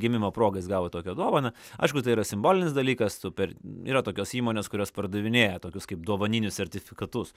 gimimo proga jis gavo tokią dovaną aišku tai yra simbolinis dalykas super yra tokios įmonės kurios pardavinėja tokius kaip dovaninius sertifikatus